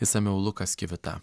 išsamiau lukas kivita